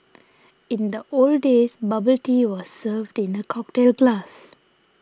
in the old days bubble tea was served in a cocktail glass